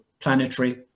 planetary